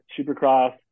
Supercross